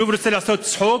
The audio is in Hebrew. שוב הוא רוצה לעשות צחוק,